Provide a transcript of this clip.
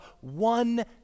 one